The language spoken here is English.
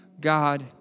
God